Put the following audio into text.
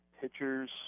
pitchers